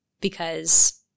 because-